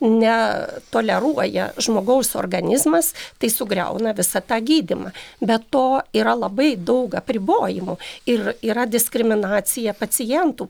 ne toleruoja žmogaus organizmas tai sugriauna visą tą gydymą be to yra labai daug apribojimų ir yra diskriminacija pacientų